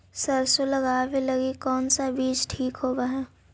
सरसों लगावे लगी कौन से बीज ठीक होव हई?